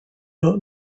not